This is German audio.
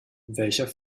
welcher